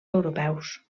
europeus